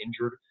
injured